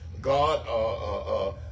God